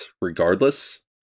regardless